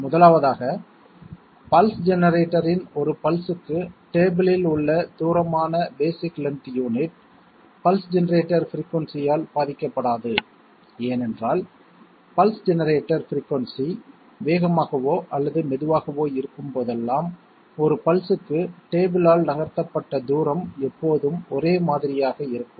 முதலாவதாக பல்ஸ் ஜெனரேட்டரின் ஒரு பல்ஸ் க்கு டேபிள் இல் உள்ள தூரமான basic length unit pulse generator frequency ஆல் பாதிக்கப்படாது ஏன் என்றால் பல்ஸ் ஜெனரேட்டர் பிரிக்குயின்சி வேகமாகவோ அல்லது மெதுவாகவோ இருக்கும் போதெல்லாம் ஒரு பல்ஸ்க்கு டேபிள் ஆல் நகர்த்தப்பட்ட தூரம் எப்போதும் ஒரே மாதிரியாக இருக்கும்